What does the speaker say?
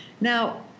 Now